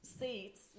seats